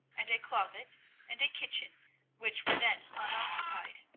and a closet and a kitchen which were then unoccupied.